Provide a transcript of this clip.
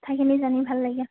কথাখিনি জানি ভাল লাগিল